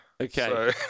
Okay